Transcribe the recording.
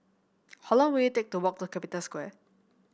how long will it take to walk to Capital Square